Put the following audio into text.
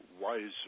wiser